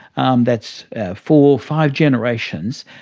um that's four, five generations,